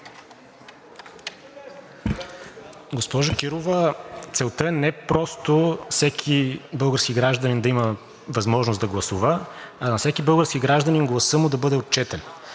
Госпожо Кирова, целта е не просто всеки български гражданин да има възможност да гласува, а гласът на всеки български гражданин да бъде отчетен.